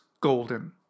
golden